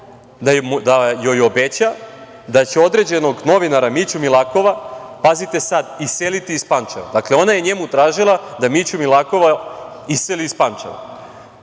da joj obeća da će određenog novinara Miću Milakova, pazite sad, iseliti iz Pančeva. Dakle, ona je njemu tražila da Miću Milakova iseli iz Pančeva.